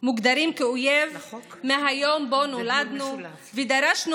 מוגדרים כאויב מהיום שבו נולדנו ודרשנו